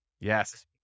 Yes